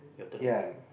ya